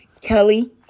Kelly